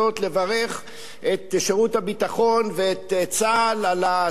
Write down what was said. שירות הביטחון ואת צה"ל על ההצלחה הבלתי רגילה.